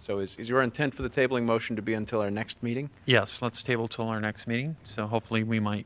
so is your intent for the tabling motion to be until our next meeting yes let's table to our next meeting so hopefully we might